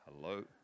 Hello